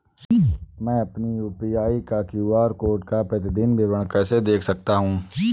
मैं अपनी UPI QR code का प्रतीदीन विवरण कैसे देख सकता हूँ?